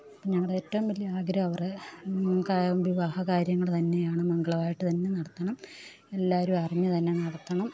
അപ്പം ഞങ്ങളുടെ ഏറ്റവും വലിയ ആഗ്രഹം അവരെ വിവാഹ കാര്യങ്ങൾ തന്നെയാണ് മംഗളമായിട്ട് തന്നെ നടത്തണം എല്ലാവരും അറിഞ്ഞു തന്നെ നടത്തണം